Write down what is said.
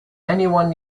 anyone